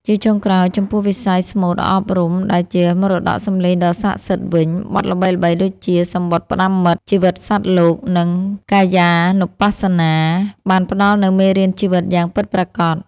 ជាចុងក្រោយ ចំពោះវិស័យស្មូតអប់រំដែលជាមរតកសម្លេងដ៏ស័ក្តិសិទ្ធិវិញ បទល្បីៗដូចជា សំបុត្រផ្ដាំមិត្ត ជីវិតសត្វលោក និង កាយានុបស្សនា បានផ្តល់នូវមេរៀនជីវិតយ៉ាងពិតប្រាកដ។